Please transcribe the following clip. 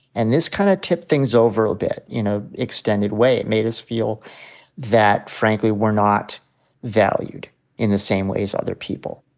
and this kind of tipped things over a bit, you know, extended way. it made us feel that frankly we're not valued in the same way as other people.